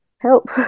help